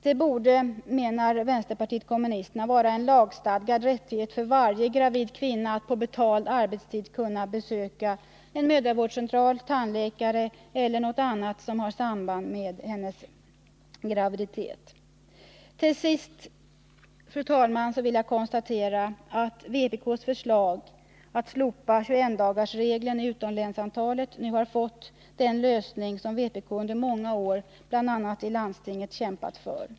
Det borde, menar vänsterpartiet kommunisterna, vara en lagstadgad rättighet för varje gravid kvinna att på betald arbetstid kunna besöka mödravårdscentral eller tandläkare eller göra något annat besök som har samband med graviditeten. Fru talman! Jag konstaterar att vpk:s förslag att slopa 21-dagarsregeln i utomlänsavtalet nu fått den lösning som vpk under många år, bl.a. i landstinget, kämpat för.